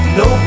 no